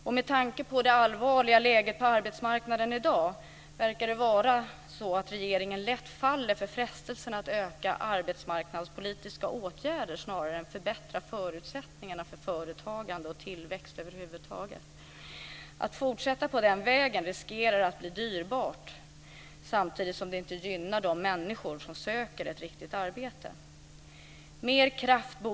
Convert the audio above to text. Och med tanke på det allvarliga läget på arbetsmarknaden i dag verkar det som att regeringen lätt faller för frestelsen att öka arbetsmarknadspolitiska åtgärder snarare än att förbättra förutsättningarna för företagande och tillväxt över huvud taget. Att fortsätta på den vägen riskerar att bli dyrbart samtidigt som det inte gynnar de människor som söker ett riktigt arbete.